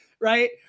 right